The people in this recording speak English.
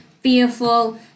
fearful